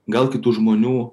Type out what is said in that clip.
gal kitų žmonių